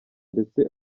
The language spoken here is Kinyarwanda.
ndetse